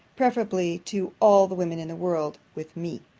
preferably to all the women in the world, with me.